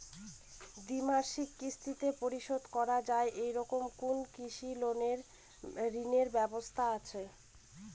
দ্বিমাসিক কিস্তিতে পরিশোধ করা য়ায় এরকম কোনো কৃষি ঋণের ব্যবস্থা আছে?